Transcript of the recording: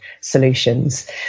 solutions